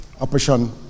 operation